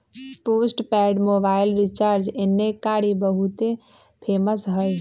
postpaid mobile recharge एन्ने कारि बहुते फेमस हई